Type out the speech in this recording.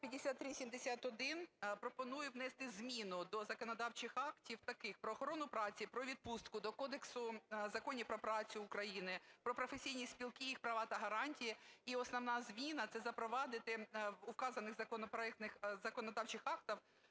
5371. Пропоную внести зміну до законодавчих актів таких: "Про охорону праці", "Про відпустки", до Кодексу законів про працю України, про професійні спілки, їх права та гарантії. І основна зміна – це запровадити у вказаних законодавчих актах